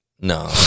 No